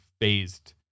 phased